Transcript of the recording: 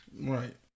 Right